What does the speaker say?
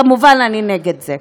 כמובן, אני נגד זה.